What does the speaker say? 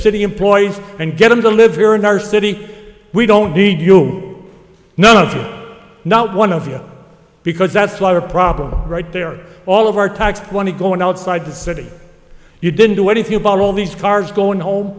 city employees and get them to live here in our city we don't need you know not one of them because that's why our problem right there all of our tax money going outside the city you didn't do anything about all these cars going home